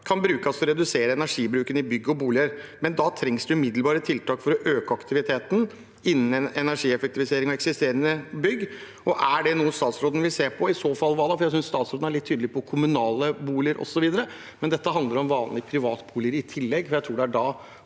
kan brukes til å redusere energibruken i bygg og boliger, men da trengs det umiddelbare tiltak for å øke aktiviteten innen energieffektivisering av eksisterende bygg. Er det noe statsråden vil se på? I så fall: Hva da? Jeg synes statsråden er litt tydelig på kommunale boliger osv., men dette handler om vanlige privatboliger i tillegg. Jeg tror det er da